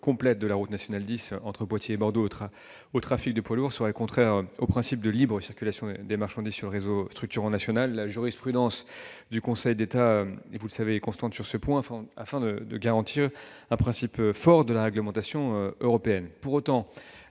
complète sur la route nationale 10 entre Poitiers et Bordeaux du trafic de poids lourds serait contraire au principe de libre circulation des marchandises sur le réseau structurant national. Vous le savez, la jurisprudence du Conseil d'État est constante sur ce point, afin de garantir un principe fort de la réglementation européenne. Pour autant,